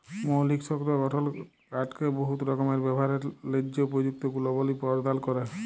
মৌলিক শক্ত গঠল কাঠকে বহুত রকমের ব্যাভারের ল্যাযে উপযুক্ত গুলবলি পরদাল ক্যরে